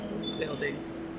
buildings